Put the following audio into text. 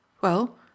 Well